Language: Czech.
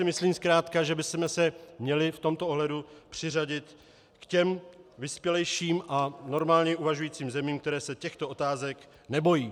Myslím si zkrátka, že bychom se měli v tomto ohledu přiřadit k těm vyspělejším a normálně uvažujícím zemím, které se těchto otázek nebojí.